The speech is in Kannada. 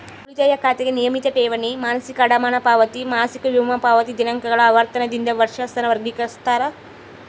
ಉಳಿತಾಯ ಖಾತೆಗೆ ನಿಯಮಿತ ಠೇವಣಿ, ಮಾಸಿಕ ಅಡಮಾನ ಪಾವತಿ, ಮಾಸಿಕ ವಿಮಾ ಪಾವತಿ ದಿನಾಂಕಗಳ ಆವರ್ತನದಿಂದ ವರ್ಷಾಸನ ವರ್ಗಿಕರಿಸ್ತಾರ